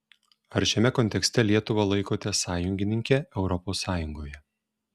ar šiame kontekste lietuvą laikote sąjungininke europos sąjungoje